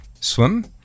swim